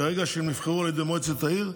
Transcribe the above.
מהרגע שהם נבחרו על ידי מועצת העיר,